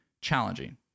challenging